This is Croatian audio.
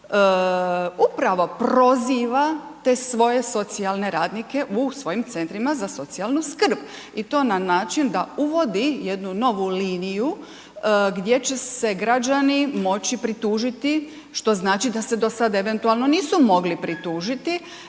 upravo proziva te svoje socijalne radnike u svojim centrima za socijalnu skrbi i to na način da uvodi jednu novu liniju gdje će se građani moći pritužiti što znači da se do sada eventualno nisu mogli pritužiti